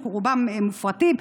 שרובם מופרטים,